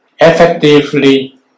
Effectively